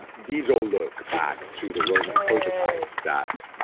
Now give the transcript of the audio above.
ah these all look back to the roman prototypes that